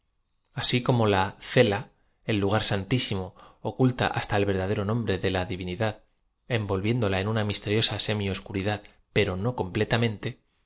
si como la celia el lu gar santísimo oculta hasta el verdadero nombre de la divioidad envou viéndola en una misteriosa semi oscuridad pero no completamente